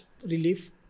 Relief